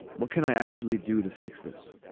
what can i actually do to fix this